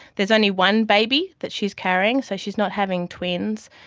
there's only one baby that she is carrying, so she is not having twins,